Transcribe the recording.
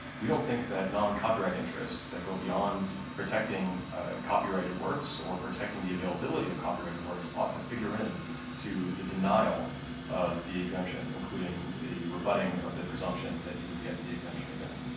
we don't think that non-copyright interests that go beyond protecting copyrighted works or protecting the availability of copyrighted works ought to figure in to the denial of the exemption, including a rebutting of the presumption that you would get the exemption again.